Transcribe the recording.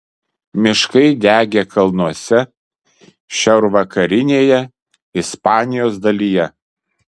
miškai degė kalnuose šiaurvakarinėje ispanijos dalyje